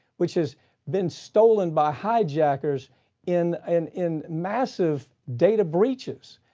which has been stolen by hijackers in an, in massive data breaches.